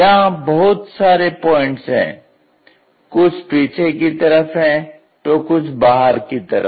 यहां बहुत सारे पॉइंट्स है कुछ पीछे की तरफ है तो कुछ बाहर की तरफ